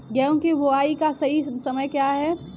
गेहूँ की बुआई का सही समय क्या है?